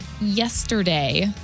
yesterday